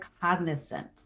cognizant